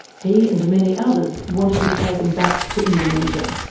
he and many others wanted to be taken back to indonesia.